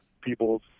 people's